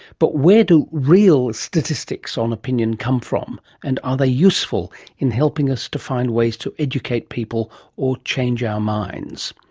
but where do real statistics on opinion come from and are they useful in helping us to find ways to educate people or change our minds?